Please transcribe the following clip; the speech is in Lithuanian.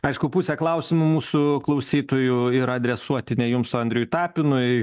aišku pusė klausimų mūsų klausytojų yra adresuoti ne jums o andriui tapinui